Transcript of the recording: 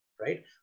right